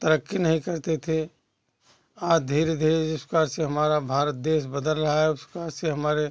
तरक्की नहीं करते थे आज धीरे धीरे जिस प्रकार से हमारा भारत देश बदल रहा है उस प्रकार से हमारे